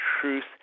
truth